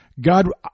God